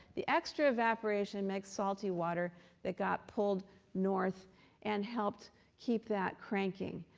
the extra evaporation makes salty water that got pulled north and helped keep that cranking.